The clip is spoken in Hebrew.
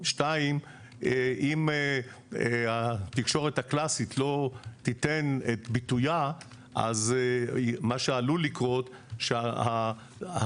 ואם התקשורת הקלאסית לא תיתן את ביטויה אז מה שעלול לקרות הוא שהמציאות